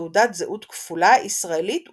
בתעודת זהות כפולה, ישראלית ופלסטינית,